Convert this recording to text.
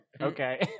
okay